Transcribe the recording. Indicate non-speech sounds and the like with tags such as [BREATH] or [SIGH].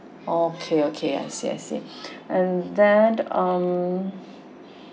okay okay I see I see [BREATH] and then um